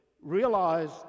Realize